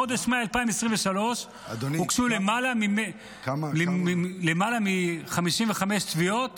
בחודש מאי 2023 הוגשו למעלה מ-55 תביעות